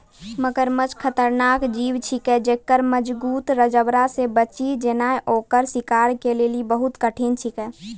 मगरमच्छ खतरनाक जीव छिकै जेक्कर मजगूत जबड़ा से बची जेनाय ओकर शिकार के लेली बहुत कठिन छिकै